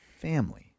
Family